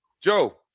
Joe